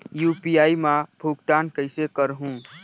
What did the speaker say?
UPI मा भुगतान कइसे करहूं?